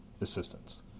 assistance